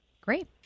Great